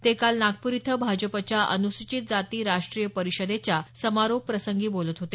ते काल नागपूर इथं भाजपाच्या अनुसूचित जाती राष्ट्रीय परिषदेच्या समारोप प्रसंगी बोलत होते